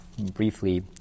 briefly